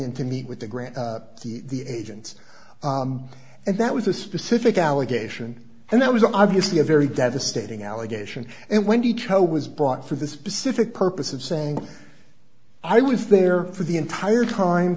in to meet with the grand the agents and that was a specific allegation and that was obviously a very devastating allegation and wendy cho was brought for the specific purpose of saying i was there for the entire time